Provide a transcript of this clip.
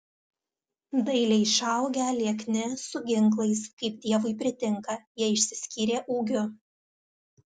dailiai išaugę liekni su ginklais kaip dievui pritinka jie išsiskyrė ūgiu